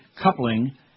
Coupling